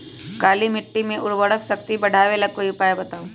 काली मिट्टी में उर्वरक शक्ति बढ़ावे ला कोई उपाय बताउ?